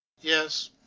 Yes